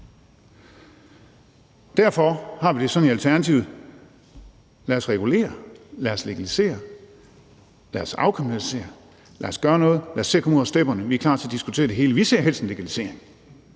Derfor har vi det sådan i Alternativet, at vi siger: Lad os regulere, lad os legalisere, lad os afkriminalisere – lad os gøre noget; lad os se at komme ud over stepperne; vi er klar til at diskutere det hele. Vi ser helst en legalisering,